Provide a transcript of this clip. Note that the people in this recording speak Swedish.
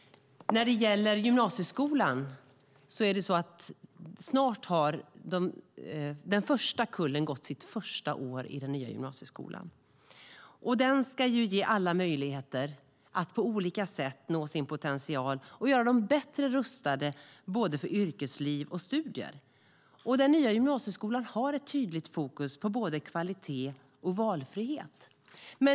När det gäller gymnasieskolan har den första kullen snart gått sitt första år i den nya gymnasieskolan. Den ska ge alla möjlighet att på olika sätt nå sin potential och göra dem bättre rustade för både yrkesliv och studier. Den nya gymnasieskolan har ett tydligt fokus på både kvalitet och valfrihet.